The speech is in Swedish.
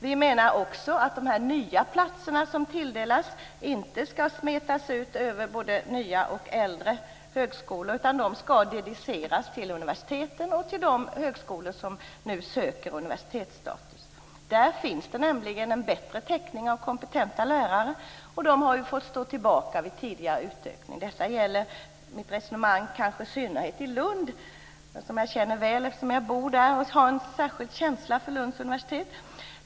Vi menar också att de nya platser som tilldelas inte skall smetas ut över både nya och äldre högskolor, utan de skall dediceras till universiteten och till de högskolor som nu söker universitetsstatus. Där finns det nämligen en bättre täckning av kompetenta lärare, och de har fått stå tillbaka vid tidigare utökning. Mitt resonemang gäller i synnerhet Lund, som jag känner väl eftersom jag bor där och har en särskild känsla för Lunds universitet.